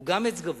הוא גם עץ גבוה,